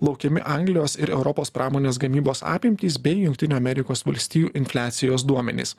laukiami anglijos ir europos pramonės gamybos apimtys bei jungtinių amerikos valstijų infliacijos duomenys